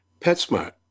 PetSmart